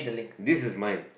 this is mine